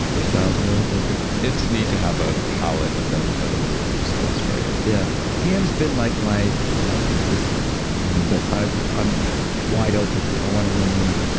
or styles, whatever, but it's neat to have a palette of them to know the one that works best for you yeah, tm has been like my my consistent one, but i'm i'm wide open, i want to learn more